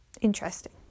Interesting